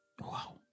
Wow